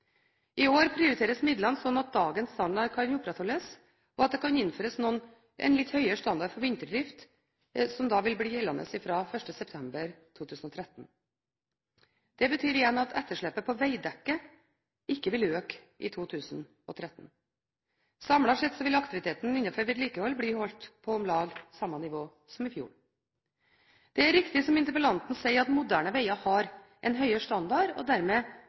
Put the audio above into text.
I år prioriteres midlene slik at dagens standard kan opprettholdes, og at det kan innføres en litt høyere standard for vinterdrift gjeldende fra 1. september 2013. Det betyr igjen at etterslepet på vegdekket ikke vil øke i 2013. Samlet sett vil aktiviteten innenfor vedlikehold bli holdt på om lag samme nivå som i fjor. Det er riktig som interpellanten sier, at moderne veger har en høyere standard og dermed